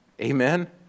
Amen